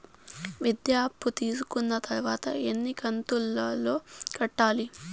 విద్య అప్పు తీసుకున్న తర్వాత ఎన్ని కంతుల లో కట్టాలి?